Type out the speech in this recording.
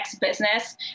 business